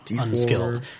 unskilled